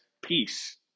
peace